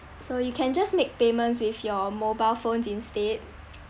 so you can just make payments with your mobile phones instead